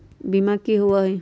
बीमा की होअ हई?